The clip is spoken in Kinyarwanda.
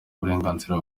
uburenganzira